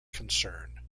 concern